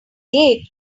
date